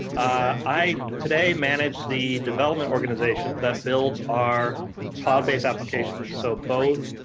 i today manage the development organization that builds our cloud based applications. so both